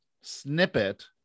snippet